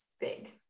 big